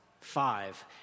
Five